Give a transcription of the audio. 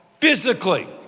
physically